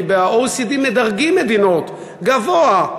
כי ב-OECD מדרגים מדינות: גבוה,